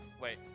wait